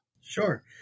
Sure